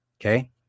Okay